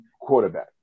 quarterback